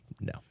No